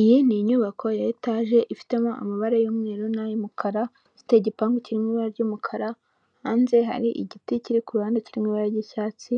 Iyi ni inyubako ya etaje ifitemo amabara y'umweru n'ay'umukara, ifite igipangu kiri mu ibara ry'umukara, hanze hari igiti kiri ku ruhande kiri mu ibara ry'icyatsi,